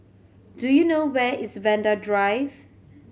do you know where is Vanda Drive